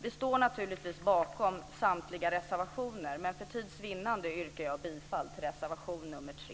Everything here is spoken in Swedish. Vi står naturligtvis bakom samtliga reservationer, men för tids vinnande yrkar jag bifall till reservation nr 3.